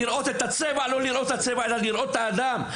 על קבלת השונה ויחס שיווני לכל אדם גם אם הצבע שלו אחר.